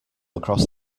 across